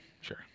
sure